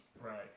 Right